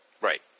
Right